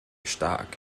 stark